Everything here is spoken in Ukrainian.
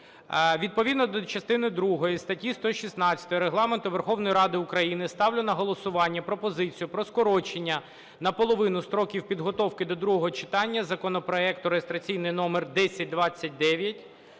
Відповідно до частини другої статті 116 Регламенту Верховної Ради України ставлю на голосування пропозицію про скорочення на половину строків підготовки до другого читання законопроекту (реєстраційний номер 1029)